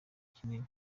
kinini